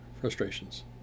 frustrations